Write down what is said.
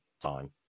time